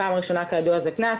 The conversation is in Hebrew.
הפעם הראשונה תהיה קנס,